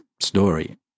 story